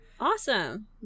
Awesome